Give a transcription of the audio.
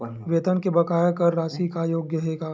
वेतन के बकाया कर राशि कर योग्य हे का?